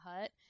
hut